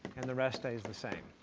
and the rest stays the same.